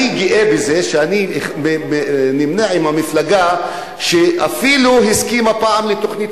אני גאה בזה שאני נמנה עם המפלגה שאפילו הסכימה פעם לתוכנית